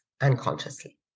unconsciously